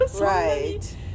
right